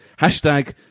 Hashtag